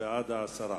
בעד ההסרה.